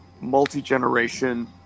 multi-generation